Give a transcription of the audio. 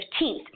15th